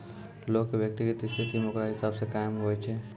लोग के व्यक्तिगत स्थिति मे ओकरा हिसाब से कमाय हुवै छै